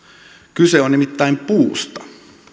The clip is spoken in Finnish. kyse on nimittäin puusta